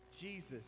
Jesus